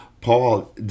Paul